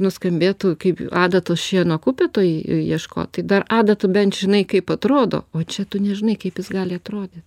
nuskambėtų kaip adatos šieno kupetoj ieškot tai dar adata bent žinai kaip atrodo o čia tu nežinai kaip jis gali atrodyt